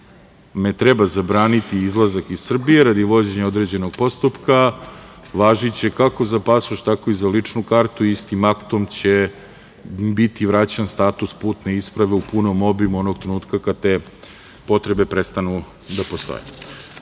treba zabraniti izlazak iz Srbije, radi vođenja određenog postupka, važiće kako za pasoš, tako i za ličnu kartu i istim aktom će im biti vraćen status putne isprave u punom obimu onog trenutka kad te potrebe prestanu da postoje. Sve